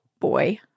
boy